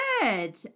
good